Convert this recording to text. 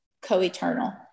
co-eternal